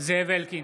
זאב אלקין,